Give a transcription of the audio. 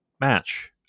match